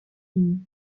unis